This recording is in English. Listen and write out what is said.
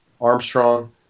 Armstrong